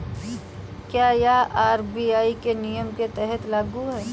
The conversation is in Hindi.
क्या यह आर.बी.आई के नियम के तहत लागू है?